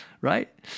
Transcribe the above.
right